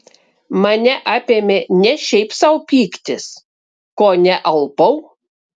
mane apėmė ne šiaip sau pyktis kone alpau